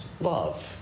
love